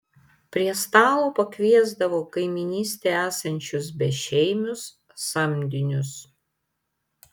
prie stalo pakviesdavo kaimynystėje esančius bešeimius samdinius